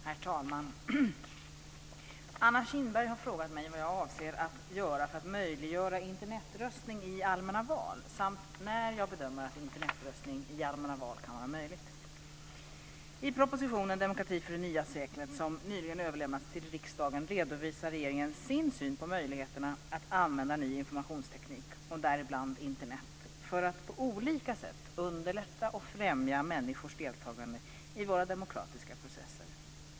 Herr talman! Anna Kinberg har frågat mig vad jag avser att göra för att möjliggöra Internetröstning i allmänna val samt när jag bedömer att Internetröstning i allmänna val kan vara möjlig. som nyligen överlämnats till riksdagen redovisar regeringen sin syn på möjligheterna att använda ny informationsteknik, däribland Internet, för att på olika sätt underlätta och främja människors deltagande i våra demokratiska processer.